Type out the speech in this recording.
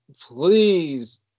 Please